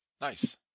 Nice